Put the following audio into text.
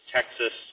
Texas